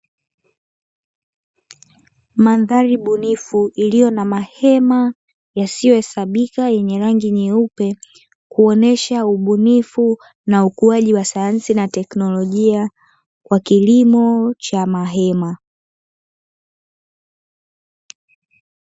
Mandhari bunifu iliyo na mahema yasiyohesabika yenye rangi nyeupe, huonyesha ubunifu na ukuaji wa sayansi na teknolojia, kwa kilimo cha mahema.